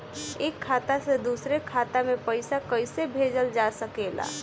एक खाता से दूसरे खाता मे पइसा कईसे भेजल जा सकेला?